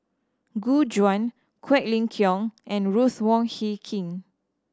Gu Juan Quek Ling Kiong and Ruth Wong Hie King